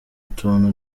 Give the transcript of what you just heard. tuntu